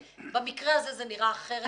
במקרה הזה זה נראה אחרת לגמרי.